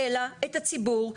אלא את הציבור,